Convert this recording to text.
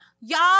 y'all